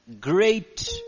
Great